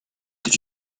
did